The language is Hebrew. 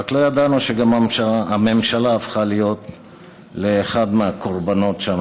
רק לא ידענו שגם הממשלה הפכה להיות לאחד מהקורבנות שם,